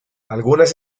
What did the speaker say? algunas